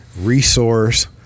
resource